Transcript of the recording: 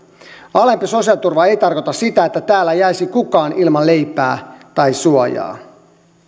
alempi sosiaaliturva ei tarkoita sitä että täällä jäisi kukaan ilman leipää tai suojaa